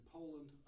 Poland